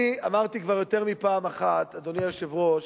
אני אמרתי כבר יותר מפעם אחת, אדוני היושב-ראש,